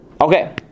Okay